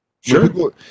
Sure